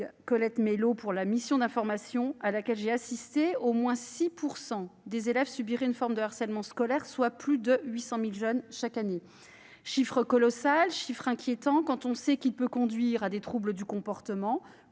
Colette Mélot pour la mission d'information à laquelle j'ai participé, au moins 6 % des élèves subiraient une forme de harcèlement scolaire, soit plus de 800 000 jeunes chaque année. Ce chiffre colossal est inquiétant quand on sait que le harcèlement peut conduire à des troubles du comportement,